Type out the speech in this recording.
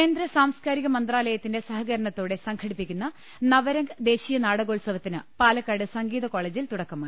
കേന്ദ്ര സാംസ്കാരിക മന്ത്രാലയത്തിന്റെ സഹകരണ ത്തോടെ സംഘടിപ്പിക്കുന്ന നവരംങ് ദേശീയ നാടകോത്സവത്തിന് പാലക്കാട് സംഗീത കോളേജിൽ തുടക്കമായി